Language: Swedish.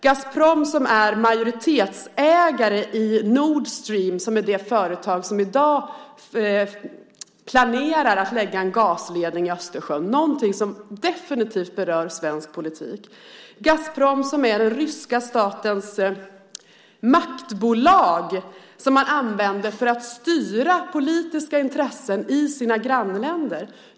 Gazprom är majoritetsägare i Nordstream, som är det företag som i dag planerar att lägga en gasledning i Östersjön, vilket är någonting som definitivt berör svensk politik. Gazprom är den ryska statens maktbolag som man använder för att styra politiska intressen i sina grannländer.